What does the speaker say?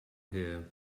here